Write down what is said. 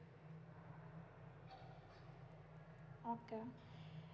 okay